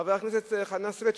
חבר הכנסת חנא סוייד,